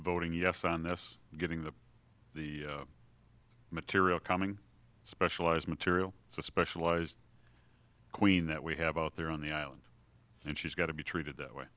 voting yes on this getting the the material coming specialized material it's a specialized queen that we have out there on the island and she's got to be treated that way